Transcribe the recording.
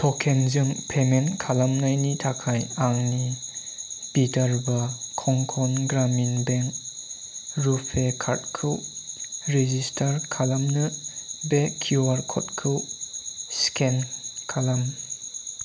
ट'केनजों पेमेन्ट खालामनायनि थाखाय आंनि विधर्व कंकन ग्रामिन बेंक रुपे कार्डखौ रेजिस्टार खालामनो बे किउआर क'डखौ स्केन खालाम